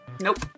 Nope